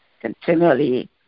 continually